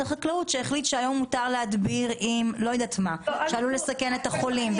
החקלאות שהחליט שהיום מותר להדביר עם משהו שעלול לסכן את החולים.